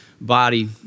body